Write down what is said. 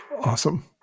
Awesome